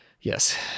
Yes